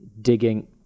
digging